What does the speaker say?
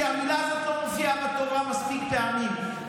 כי המילה הזאת לא מופיעה בתורה מספיק פעמים,